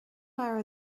leabhar